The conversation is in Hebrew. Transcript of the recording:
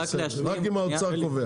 רק אם האוצר קובע, הבנתי.